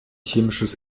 chemisches